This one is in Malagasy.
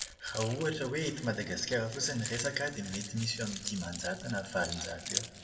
Raha ohatra hoe eto Madagasikara fotsiny ny resaka an, dia mety misy eo amin'ny dimanjato na valonjato eo.